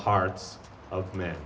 hearts of man